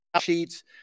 sheets